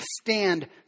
stand